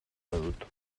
badut